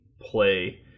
play